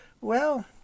well